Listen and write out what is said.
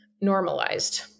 normalized